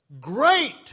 great